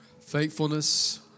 Faithfulness